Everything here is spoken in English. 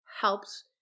helps